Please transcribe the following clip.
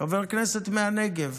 חבר כנסת מהנגב,